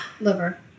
liver